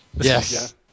Yes